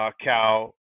cow